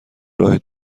راه